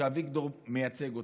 שאביגדור מייצג אותו.